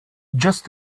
just